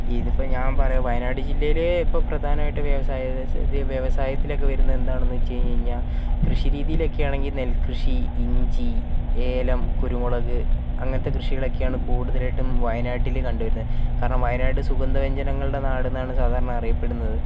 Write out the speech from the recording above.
ഇതിപ്പോൾ ഞാൻ പറയുവാ വയനാട് ജില്ലയിലെ ഇപ്പോൾ പ്രധാനമായിട്ട് വ്യാവസായിക വ്യാവസായത്തിലൊക്കെ വരുന്നത് എന്താണെന്ന് വെച്ചു കഴിഞ്ഞഴിഞ്ഞാൽ കൃഷി രീതിയിലൊക്കെയാണെങ്കിൽ നെൽകൃഷി ഇഞ്ചി ഏലം കുരുമുളക് അങ്ങനത്തെ കൃഷികൊളൊക്കെയാണ് കൂടുതലായിട്ടും വയനാട്ടിൽ കണ്ടു വരുന്നത് കാരണം വയനാട് സുഗന്ധവ്യഞ്ജനങ്ങളുടെ നാടെന്നാണ് സാധാരണ അറിയപ്പെടുന്നത്